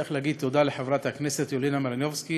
וצריך להגיד תודה לחברת הכנסת יוליה מלינובסקי,